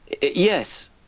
yes